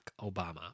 Obama